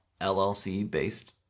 LLC-based